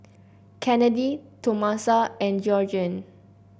Kennedy Tomasa and Georgiann